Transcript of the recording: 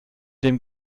dem